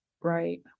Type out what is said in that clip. right